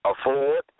afford